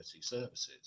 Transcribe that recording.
services